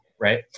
Right